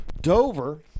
Dover